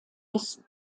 des